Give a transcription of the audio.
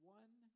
one